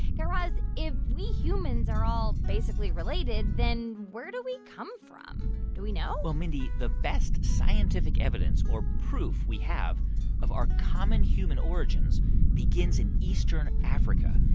guy raz, if we humans are all basically related, then where do we come from? do we know? well, mindy, the best scientific evidence or proof we have of our common human origins begins in eastern eastern africa.